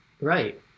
right